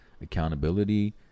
accountability